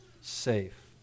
safe